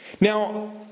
Now